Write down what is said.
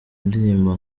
ndirimbo